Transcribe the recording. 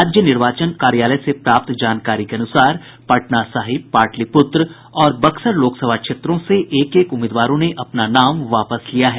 राज्य निर्वाचन कार्यालय से प्राप्त जानकारी के अनुसार पटना साहिब पाटिलपुत्र और बक्सर लोकसभा क्षेत्रों से एक एक उम्मीदवारों ने अपना नाम वापस लिया है